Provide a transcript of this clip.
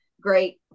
great